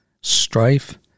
strife